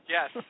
Yes